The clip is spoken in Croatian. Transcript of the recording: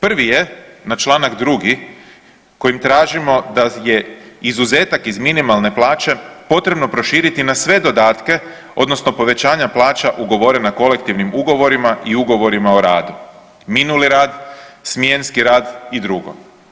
Prvi je na čl. 2. kojim tražimo da je izuzetak iz minimalne plaće potrebno proširiti na sve dodatke, odnosno povećanja plaća ugovora kolektivnim ugovorima i ugovorima o radu, minuli rad, smjenski rad i drugo.